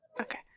Okay